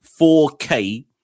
4K